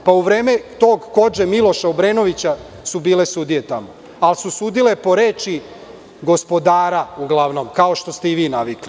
U vreme tog Kodže Miloša Obrenovića su bile sudije tamo, ali su sudile po reči gospodara, uglavnom, kao što ste i vi navikli.